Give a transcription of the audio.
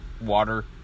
Water